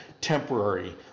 temporary